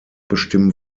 bestimmen